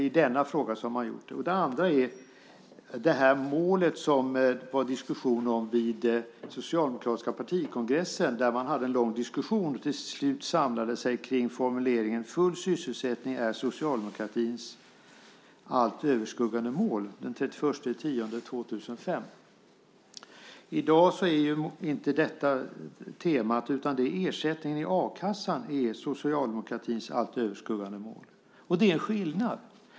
Vid den socialdemokratiska partikongressen hade man en lång diskussion och samlade sig till slut kring formuleringen: Full sysselsättning är socialdemokratins allt överskuggande mål. Det var den 31 oktober 2005. I dag är det inte det som är temat. Det är ersättningen i a-kassan som är socialdemokratins allt överskuggande mål. Det är skillnad.